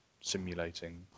simulating